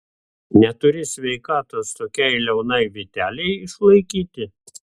neturi sveikatos tokiai liaunai vytelei išlaikyti